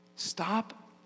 Stop